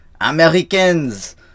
Americans